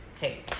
Hey